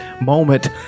moment